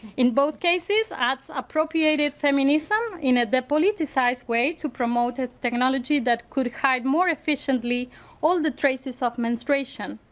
in both cases that's appropriated feminism in ah a politicized way to promote ah technology that could hide more efficiently all the traces of menstruation.